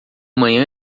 manhã